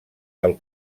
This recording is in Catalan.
del